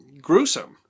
gruesome